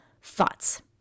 thoughts